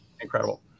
Incredible